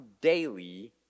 daily